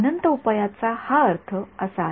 अनंत उपायाचा हा अर्थ असा आहे